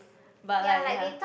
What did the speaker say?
but like ya